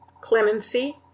Clemency